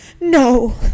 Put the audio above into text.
No